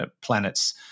planets